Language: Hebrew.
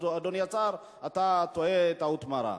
שאתה טועה טעות מרה.